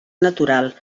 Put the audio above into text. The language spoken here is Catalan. natural